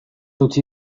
utzi